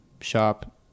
shop